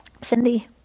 Cindy